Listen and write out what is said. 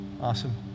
Awesome